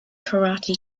karate